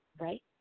right